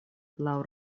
laŭ